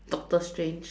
Doctor Strange